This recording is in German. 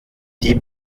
die